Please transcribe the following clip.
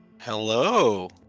Hello